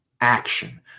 action